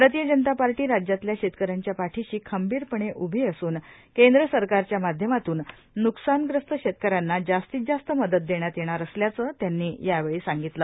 भारतीय जनता पार्टी राज्यातल्या शेतकऱ्यांच्या पाठीशी खंबीरपणे उभा असून केंद्र सरकारच्या माध्यमातून न्कसान ग्रस्त शेतकऱ्यांना जास्तीत जास्त मदत देण्यात येणार असल्याचं त्यांनी यावेळी सांगितलं